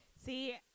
see